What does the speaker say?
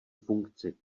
funkci